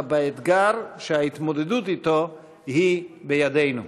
אלא באתגר שההתמודדות אתו היא בידינו.